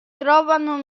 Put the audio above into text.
trovano